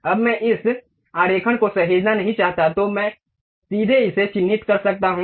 अब मैं इस आरेखण को सहेजना नहीं चाहता तो मैं सीधे इसे चिह्नित कर सकता हूं